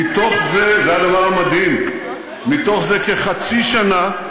מתוך זה, זה הדבר המדהים, מתוך זה כחצי שנה,